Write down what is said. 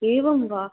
एवं वा